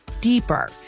deeper